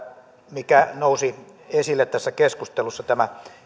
mikä nousi esille tässä keskustelussa eli